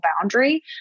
boundary